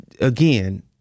again